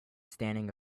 standing